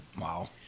Wow